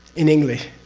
in english?